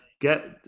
Get